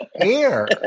air